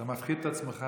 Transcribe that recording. כנסת נכבדה,